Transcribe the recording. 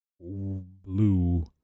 blue